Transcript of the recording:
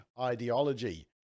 ideology